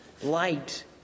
Light